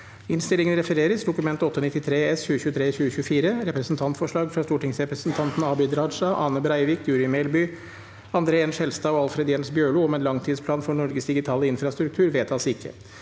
følgende v e d t a k : Dokument 8:93 S (2023–2024) – Representantforslag fra stortingsrepresentantene Abid Raja, Ane Breivik, Guri Melby, André N. Skjelstad og Alfred Jens Bjørlo om en langtidsplan for Norges digitale infrastruktur – vedtas ikke.